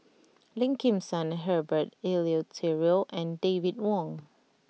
Lim Kim San Herbert Eleuterio and David Wong